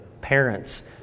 parents